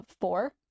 Four